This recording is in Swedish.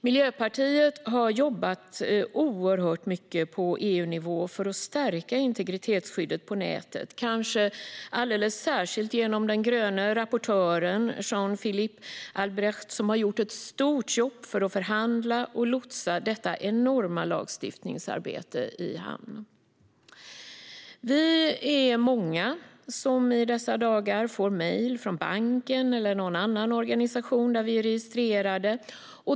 Miljöpartiet har jobbat oerhört mycket på EU-nivå för att stärka integritetsskyddet på nätet, kanske alldeles särskilt genom den gröne rapportören Jan Philipp Albrecht, som har gjort ett stort jobb i förhandlingarna för att lotsa detta enorma lagstiftningsarbete i hamn. Vi är många som i dessa dagar får mejl från banken eller någon annan organisation där vi är registrerade.